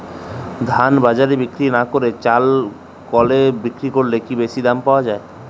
ধান বাজারে বিক্রি না করে চাল কলে বিক্রি করলে কি বেশী দাম পাওয়া যাবে?